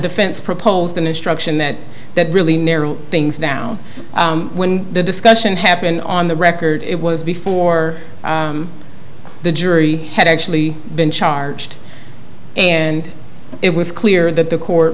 defense proposed an instruction that that really narrow things down when the discussion happened on the record it was before the jury had actually been charged and it was clear that the court